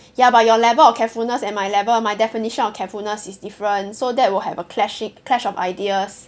ya but your level of carefulness and my level my definition of carefulness is different so that will have a clashing clash of ideas